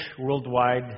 worldwide